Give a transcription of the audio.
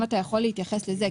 אם אתה יכול להתייחס לזה,